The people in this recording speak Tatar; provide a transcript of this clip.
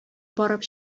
барып